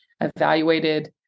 evaluated